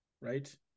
right